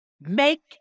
Make